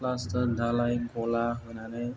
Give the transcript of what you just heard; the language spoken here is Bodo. फ्लास्टार धालाय घला होनानै